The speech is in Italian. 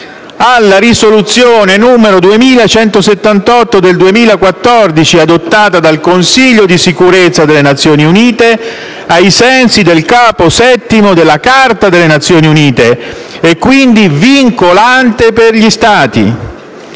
alla risoluzione n. 2178 del 2014 adottata dal Consiglio di sicurezza delle Nazioni Unite, ai sensi del Capo VII della Carta delle Nazioni Unite e, quindi, vincolante per gli Stati.